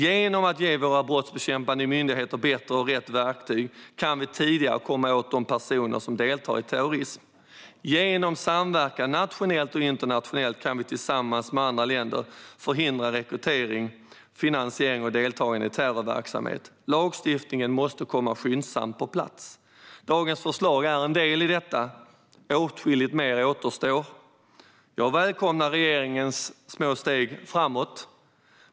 Genom att ge våra brottsbekämpande myndigheter bättre och rätt verktyg kan vi tidigare komma åt de personer som deltar i terrorism. Genom samverkan nationellt och internationellt kan vi tillsammans med andra länder förhindra rekrytering, finansiering och deltagande i terrorverksamhet. Lagstiftningen måste skyndsamt komma på plats. Dagens förslag är en del i detta. Åtskilligt mer återstår. Jag välkomnar regeringens små steg framåt.